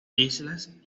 islas